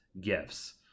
gifts